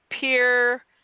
Peer